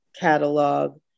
catalog